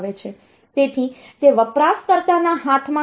તેથી તે વપરાશકર્તાના હાથમાં નથી